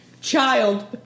Child